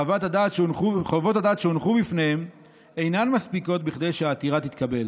חוות הדעת שהונחו בפניהם אינן מספיקות כדי שהעתירה תתקבל.